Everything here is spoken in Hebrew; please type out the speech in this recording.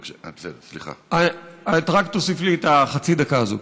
רק תוסיף לי את החצי דקה הזאת.